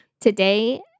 Today